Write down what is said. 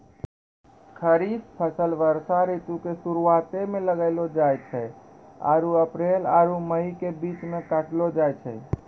खरीफ फसल वर्षा ऋतु के शुरुआते मे लगैलो जाय छै आरु अप्रैल आरु मई के बीच मे काटलो जाय छै